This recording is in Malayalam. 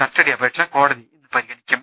കസ്റ്റഡി അപേക്ഷ കോടതി ഇന്ന് പരിഗണിക്കും